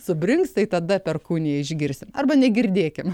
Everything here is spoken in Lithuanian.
subrinksta tada perkūniją išgirsim arba negirdėkim